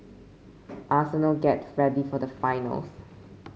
arsenal get ready for the finals